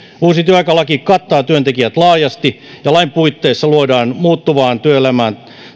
uusi työaikalaki kattaa työntekijät laajasti ja lain puitteissa luodaan muuttuvan työelämän